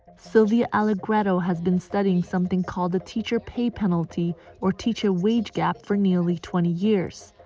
sylvia allegretto has been studying something called the teacher pay penalty or teacher wage gap for nearly twenty years.